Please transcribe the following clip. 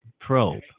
probe